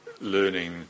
learning